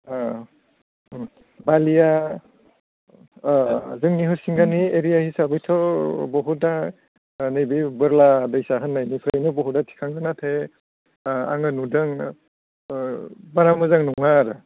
ओं बालिया जोंनि हरसिंगानि एरिया हिसाबैथ' बहुदआ नैबे बोरला दैसा होननायनिफ्रायनो बहुदआ थिखाङो नाथाय आङो नुदों बारा मोजां नङा आरो